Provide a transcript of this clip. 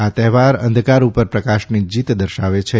આ તહેવાર અંધકાર ઉપર પ્રકાશની જીત દર્શાવે છે